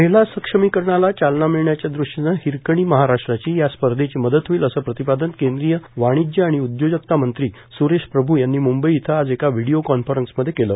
महिला सक्षमीकरणाला चालना मिळण्याच्या ृष्टीनं हिरकणी महाराष्ट्राची या स्पर्धेची मदत होईल अस प्रतिपादन केंद्रीय वाणिज्य आणि उद्योजकता मंत्री सुरेश प्रभू यांनी मुंबई इथं आज एका व्हिडीओ कॉन्फरन्समध्ये केल